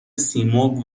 سیمرغ